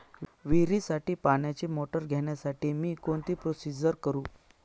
विहिरीसाठी पाण्याची मोटर घेण्यासाठी मी कोणती प्रोसिजर करु?